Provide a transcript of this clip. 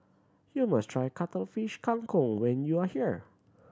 you must try Cuttlefish Kang Kong when you are here